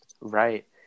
Right